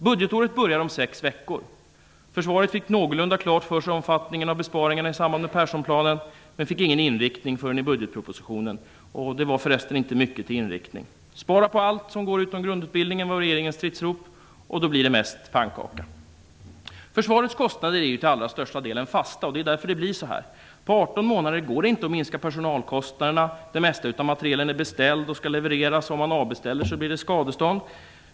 Budgetåret börjar om sex veckor. Försvaret fick någorlunda klart för sig omfattningen av besparingarna i samband med Perssonplanen, men det fick ingen inriktning förrän i budgetpropositionen - och det var förresten inte mycket till inriktning. Spara på allt som går utom grundutbildningen, var regeringens stridsrop. Och då blir det mesta pannkaka. Försvarets kostnader är ju till allra största delen fasta, det är ju därför som det blir så här. På 18 månader går det inte att minska personalkostnaderna. Det mesta av materielen är beställd och skall levereras. Om man avbeställer får man betala skadestånd.